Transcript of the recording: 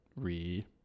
re